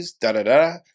da-da-da